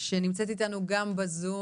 שנמצאת איתנו כאן בזום.